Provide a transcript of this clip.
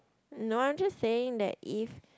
no I'm just saying that if